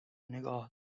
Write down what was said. نگاه